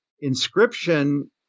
inscription